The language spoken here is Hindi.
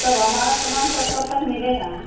तब हमारा समान सब कब तक मिलेगा